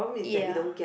ya